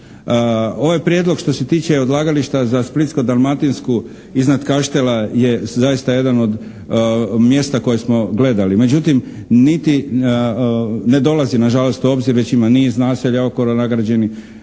Ovaj prijedlog što se tiče odlagališta za Splitsko-dalmatinsku iznad Kaštela je zaista jedno od mjesta koje smo gledali. Međutim, niti ne dolazi u obzir, već ima niz naselja okolo sagrađenih,